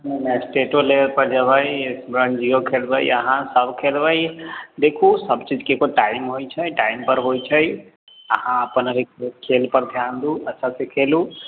नहि नहि स्टेटो लेवल पे जेबै रणजीयो खेलबै अहाँ सब खेलबै देखू सब चीज के एगो टाइम होइ छै टाइम पर होइ छै अहाँ अपन अभी खेल पर ध्यान दू अच्छा से खेलू